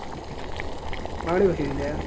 बांगडे कशें दिल्या